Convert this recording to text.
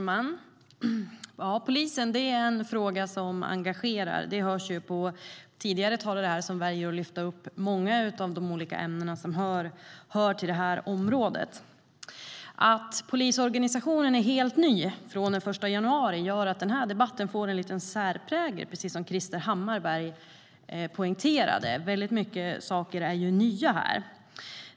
Herr talman! Polisen är en fråga som engagerar. Det hörs på tidigare talare, som valt att lyfta fram många av de olika ämnen som hör till det här området. Att polisorganisationen är helt ny från den 1 januari gör att debatten får en liten särprägel, som Krister Hammarbergh poängterade. Väldigt mycket saker är nya.